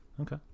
Okay